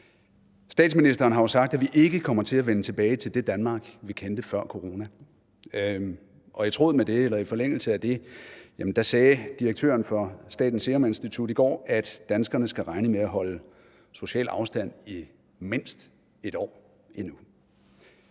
Statsministeren har jo sagt, at vi ikke kommer til at vende tilbage til det Danmark, vi kendte, før corona, og i tråd med det eller i forlængelse af det sagde direktøren for Statens Serum Institut i går, at danskerne skal regne med at holde social afstand i mindst et år endnu.